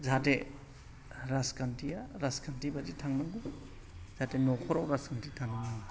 जाहाथे राजखान्थिया राजखान्थि बादि थांनांगौ जाथे नखराव राजखान्थि थानो नाङा